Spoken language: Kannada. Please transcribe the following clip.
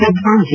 ವಿದ್ವಾನ್ ಜೆ